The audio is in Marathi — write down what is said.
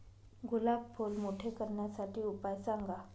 गुलाब फूल मोठे करण्यासाठी उपाय सांगा?